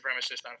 supremacist